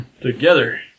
together